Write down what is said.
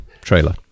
trailer